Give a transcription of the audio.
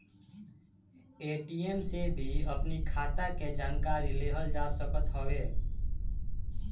ATM से भी अपनी खाता के जानकारी लेहल जा सकत हवे